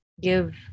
give